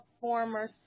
former